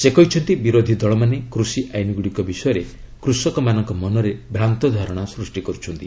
ସେ କହିଛନ୍ତି ବିରୋଧୀ ଦଳମାନେ କୃଷି ଆଇନ୍ ଗୁଡ଼ିକ ବିଷୟରେ କୂଷକମାନଙ୍କ ମନରେ ଭ୍ରାନ୍ତ ଧାରଣା ସୃଷ୍ଟି କରୁଛନ୍ତି